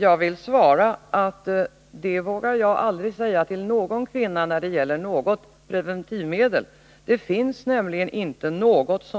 Jag vill svara att jag aldrig vågar säga det till någon kvinna när det gäller något preventivmedel. Det finns nämligen inte något